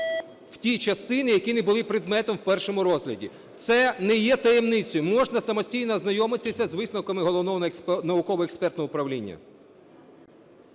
в ті частини, які не були предметом в першому розгляді. Це не є таємницею, можна самостійно ознайомитися з висновками Головного науково-експертного управління.